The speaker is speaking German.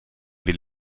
will